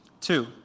Two